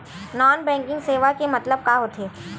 Non banking सेवा के मतलब का होथे?